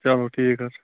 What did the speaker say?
چلو ٹھیٖک حظ چھُ